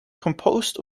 composed